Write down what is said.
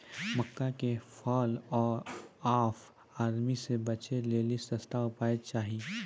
मक्का के fall of army से बचाबै लेली सस्ता उपाय चाहिए?